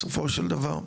בסופו של דבר,